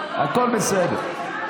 הכול בסדר.